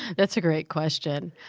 that's a great question.